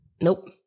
Nope